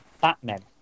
Batman